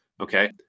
Okay